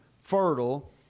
fertile